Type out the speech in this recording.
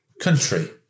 country